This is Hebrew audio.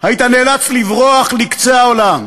היית נאלץ לברוח לקצה העולם